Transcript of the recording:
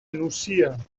nucia